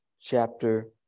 chapter